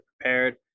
prepared